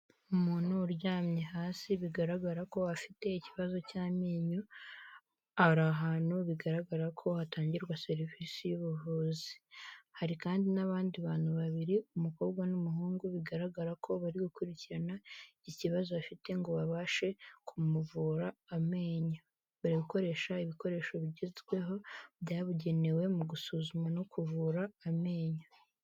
Umuntu uryamye hasi bigaragara ko afite ikibazo cy'amenyo, ari ahantu bigaragara ko hatangirwa serivisi y'ubuvuzi, hari kandi n'abandi bantu babiri umukobwa n'umuhungu bigaragara ko bari gukurikirana iki kibazo bafite ngo babashe kumuvura amenyo bari gukoresha ibikoresho bigezweho byabugenewe mu gusuzuma no kuvura amenyo.